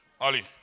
Ali